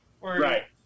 Right